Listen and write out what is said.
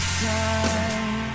time